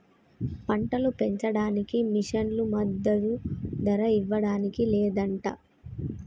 పంటలు పెంచడానికి మిషన్లు మద్దదు ధర ఇవ్వడానికి లేదంట